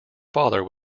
father